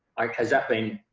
how's that been,